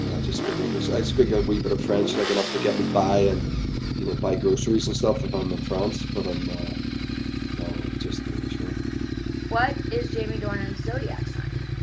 i just speak english. i speak a wee bit of french, like enough to get me by and you know buy groceries and stuff if i'm in france, but um no, just english you what is jamie dornan's zodiac sign?